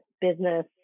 business